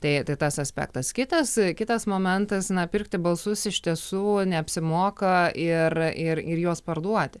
tai tas aspektas kitas kitas momentas na pirkti balsus iš tiesų neapsimoka ir ir ir juos parduoti